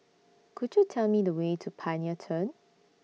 Could YOU Tell Me The Way to Pioneer Turn